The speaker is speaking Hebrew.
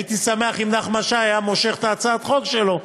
הייתי שמח אם נחמן שי היה מושך את הצעת החוק שלו,